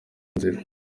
nzira